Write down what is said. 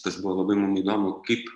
tas buvo labai mum įdomu kaip